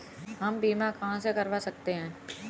हम बीमा कहां से करवा सकते हैं?